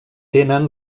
tenen